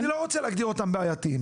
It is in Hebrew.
אני לא רוצה להגדיר אותם בעייתיים.